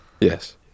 yes